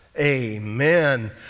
Amen